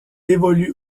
évolue